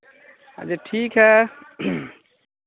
अच्छा ठीक है